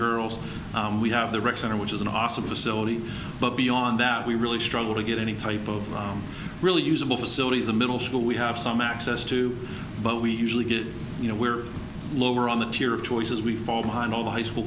girls we have the rec center which is an awesome facility but beyond that we really struggle to get any type of really usable facilities the middle school we have some access to but we usually get you know we're lower on the tier of choices we fall behind all the high school